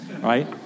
Right